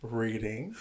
reading